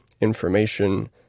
information